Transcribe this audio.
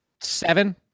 Seven